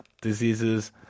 diseases